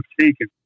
taken